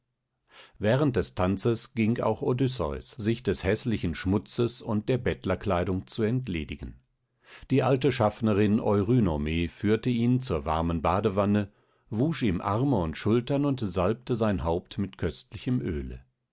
während des tanzes ging auch odysseus sich des häßlichen schmutzes und der bettlerkleidung zu entledigen die alte schaffnerin eurynome führte ihn zur warmen badewanne wusch ihm arme und schultern und salbte sein haupt mit köstlichem öle